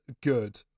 good